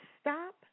stop